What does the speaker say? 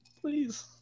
Please